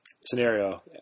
scenario